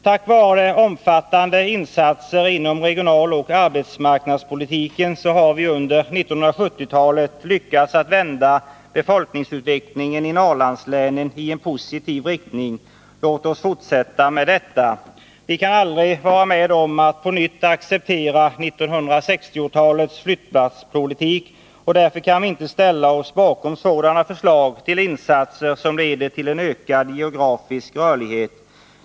Tack vare omfattande insatser inom regionalpolitiken och arbetsmarknadspolitiken har vi under 1970-talet lyckats att vända befolkningsutvecklingen i Norrlandslänen i en positiv riktning. Låt oss fortsätta med detta. Vi kan aldrig vara med om att på nytt acceptera 1960-talets flyttlasspolitik. Därför kan vi inte ställa oss bakom sådana förslag till insatser som leder till en ökad geografisk rörlighet.